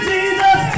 Jesus